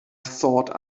thought